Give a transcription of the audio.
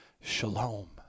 shalom